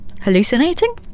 Hallucinating